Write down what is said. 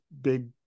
big